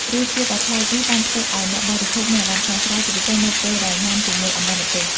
រសជាតិដ៏ប្លែកនេះបានធ្វើឲ្យអ្នកបរិភោគមានអារម្មណ៍ស្រស់ស្រាយ ជាពិសេសនៅពេលដែលញ៉ាំជាមួយអំបិលម្ទេស។